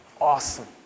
awesome